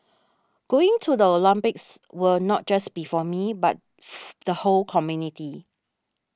going to the Olympics will not just be for me but the whole community